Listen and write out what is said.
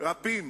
אנחנו